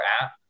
app